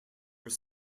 were